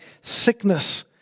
Sickness